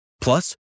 Plus